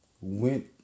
went